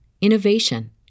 innovation